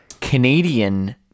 Canadian